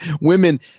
women